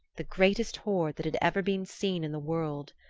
the greatest hoard that had ever been seen in the world.